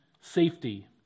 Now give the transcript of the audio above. safety